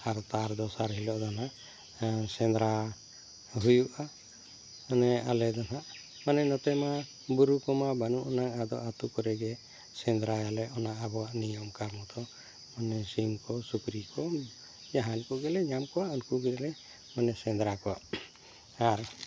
ᱟᱨ ᱛᱟᱨ ᱫᱚᱥᱟᱨ ᱦᱤᱞᱳᱜ ᱫᱚ ᱱᱟᱜ ᱥᱮᱸᱫᱨᱟ ᱦᱩᱭᱩᱜᱼᱟ ᱢᱟᱱᱮ ᱟᱞᱮᱫᱚ ᱱᱟᱜ ᱢᱟᱱᱮ ᱱᱚᱛᱮᱢᱟ ᱵᱩᱨᱩ ᱠᱚᱢᱟ ᱵᱟᱱᱩᱜ ᱟᱱᱟ ᱟᱫᱚ ᱟᱛᱩ ᱠᱚᱨᱮᱜᱮ ᱥᱮᱸᱫᱨᱟᱭᱟᱞᱮ ᱚᱱᱟ ᱟᱵᱚᱣᱟᱜ ᱱᱤᱭᱚᱢ ᱠᱟᱨᱢᱚᱛᱚ ᱢᱟᱱᱮ ᱥᱤᱢ ᱠᱚ ᱥᱩᱠᱨᱤ ᱠᱚ ᱡᱟᱦᱟᱱ ᱠᱚᱜᱮᱞᱮ ᱧᱟᱢ ᱠᱚᱣᱟ ᱩᱱᱠᱩ ᱠᱚᱜᱮᱞᱮ ᱢᱟᱱᱮ ᱥᱮᱸᱫᱨᱟ ᱠᱚᱣᱟ ᱟᱨ